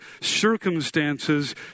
circumstances